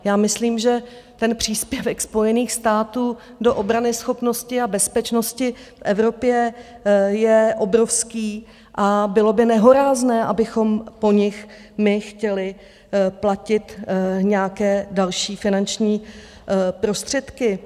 Já myslím, že ten příspěvek Spojených států do obranyschopnosti a bezpečnosti v Evropě je obrovský a bylo by nehorázné, abychom po nich my chtěli platit nějaké další finanční prostředky.